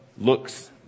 looks